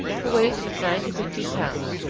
the weight nine to fifteen pounds.